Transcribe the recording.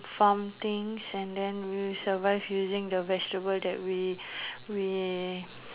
farm things and then we survive using the vegetable that we we